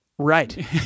Right